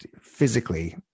physically